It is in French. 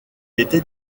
était